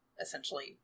essentially